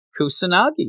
Kusanagi